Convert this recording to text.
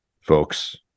folks